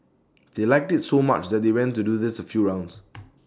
they liked IT so much that they went to do this A few rounds